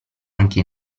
anche